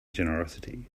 generosity